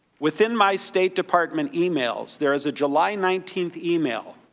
within my state department emails, there is a july nineteen email